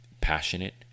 passionate